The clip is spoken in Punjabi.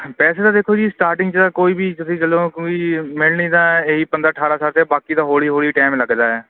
ਪੈਸੇ ਤਾਂ ਦੇਖੋ ਜੀ ਸਟਾਰਟਿੰਗ 'ਚ ਕੋਈ ਵੀ ਤੁਸੀਂ ਜਦੋਂ ਕੋਈ ਮਿਲਣੀ ਤਾਂ ਇਹੀ ਬੰਦਾ ਸਾਢੇ ਅਠਾਰਾਂ ਦਾ ਬਾਕੀ ਤਾਂ ਹੌਲੀ ਹੌਲੀ ਟਾਈਮ ਲੱਗਦਾ